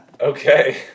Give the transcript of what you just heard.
Okay